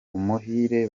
umuhire